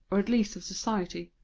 or at least of society.